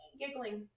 giggling